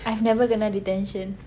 I've never kena detention